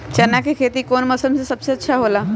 चाना के खेती कौन मौसम में सबसे अच्छा होखेला?